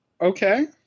Okay